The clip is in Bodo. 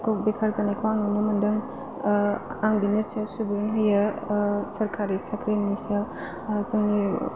बेखार जानायखौ आं नुनो मोनदों ओ आं बिनि सायाव सुबुं होयो ओ सोरखारि साख्रिनि सायाव ओ जोंनि